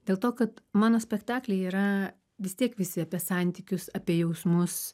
dėl to kad mano spektakliai yra vis tiek visi apie santykius apie jausmus